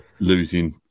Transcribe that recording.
losing